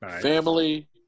family